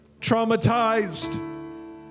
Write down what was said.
traumatized